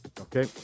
Okay